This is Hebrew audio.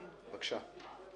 בבקשה.